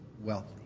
wealthy